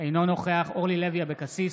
אינו נכח אורלי לוי אבקסיס,